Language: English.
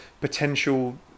potential